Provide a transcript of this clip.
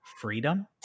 freedom